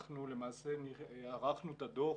אנחנו למעשה ערכנו את הדוח